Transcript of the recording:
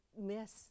miss